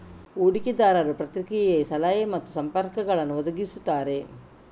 ಹೂಡಿಕೆದಾರರು ಪ್ರತಿಕ್ರಿಯೆ, ಸಲಹೆ ಮತ್ತು ಸಂಪರ್ಕಗಳನ್ನು ಒದಗಿಸುತ್ತಾರೆ